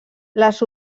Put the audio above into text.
les